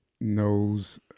knows